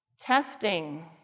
Testing